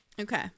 Okay